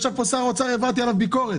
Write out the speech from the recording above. ישב פה שר האוצר, העברתי עליו ביקורת.